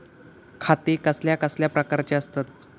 खाते कसल्या कसल्या प्रकारची असतत?